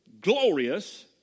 glorious